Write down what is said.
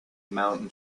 mountain